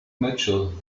mitchell